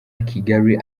kigali